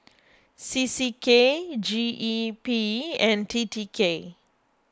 C C K G E P and T T K